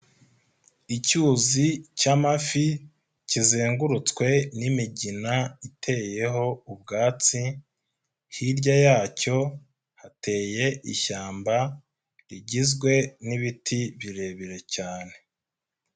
Icyuzi cy'amafi kizengurutswe n'imigina iteyeho ubwatsi, hirya yacyo hateye ishyamba rigizwe n'ibiti birebire cyane.